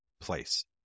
place